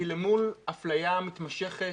כי מול אפליה מתמשכת,